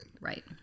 Right